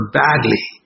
badly